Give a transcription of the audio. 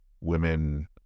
women